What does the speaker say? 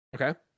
Okay